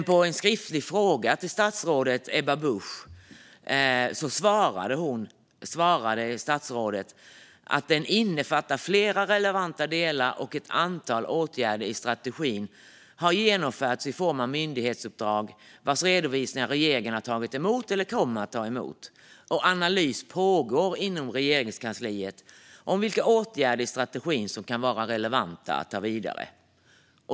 På en skriftlig fråga svarade dock statsrådet Ebba Busch att strategin innefattar flera relevanta delar och att ett antal åtgärder i den har genomförts i form av myndighetsuppdrag vars redovisningar regeringen har tagit emot eller kommer att ta emot och att analys pågår inom Regeringskansliet om vilka åtgärder i strategin som kan vara relevanta att ta vidare.